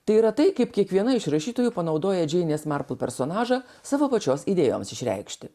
tai yra tai kaip kiekviena iš rašytojų panaudoja džeinės marpl personažą savo pačios idėjoms išreikšti